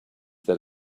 that